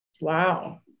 wow